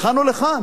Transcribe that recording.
לכאן או לכאן.